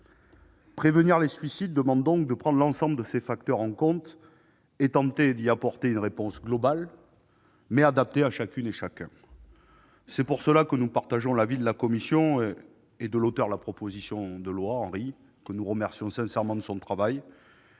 Prévenir les suicides demande donc de prendre l'ensemble de ces facteurs en compte et de tenter d'y apporter une réponse globale, mais adaptée à chacune et à chacun. C'est pour cela que nous partageons l'avis de la commission et de l'auteur de la proposition de loi, Henri Cabanel- je tiens d'ailleurs à le remercier sincèrement de son travail